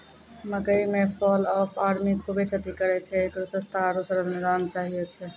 मकई मे fall of army खूबे क्षति करेय छैय, इकरो सस्ता आरु सरल निदान चाहियो छैय?